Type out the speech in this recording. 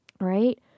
Right